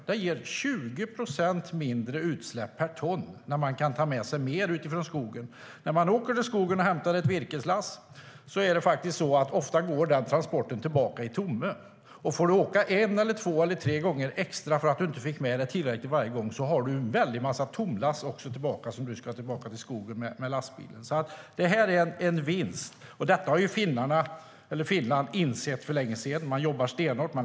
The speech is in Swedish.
Det ger 20 procent mindre utsläpp per ton när man kan ta med sig mer från skogen. När man åker till skogen och hämtar ett virkeslass går transporten ofta tillbaka tom. Om man får åka en, två eller tre gånger extra för att man inte fick med sig tillräckligt varje gång får man en väldig massa tomlass när lastbilen ska tillbaka till skogen. Tyngre och längre lastbilar blir en vinst. Det har Finland insett för länge sedan. Man jobbar stenhårt med detta i Finland.